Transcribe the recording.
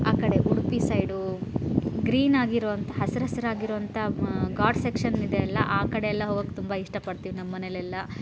ಆ ಕಡೆ ಉಡುಪಿ ಸೈಡು ಗ್ರೀನಾಗಿರುವಂಥ ಹಸ್ರು ಹಸಿರಾಗಿರುವಂಥ ಘಾಟ್ ಸೆಕ್ಷನ್ ಇದೆಯಲ್ಲ ಆ ಕಡೆಯೆಲ್ಲ ಹೋಗೋಕೆ ತುಂಬ ಇಷ್ಟಪಡ್ತೀವಿ ನಮ್ಮಮನೆಯಲ್ಲೆಲ್ಲ